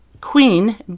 Queen